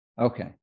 Okay